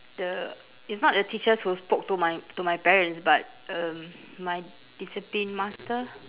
the it's not the teachers who spoke to my to my parents but um my discipline master